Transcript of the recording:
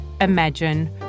imagine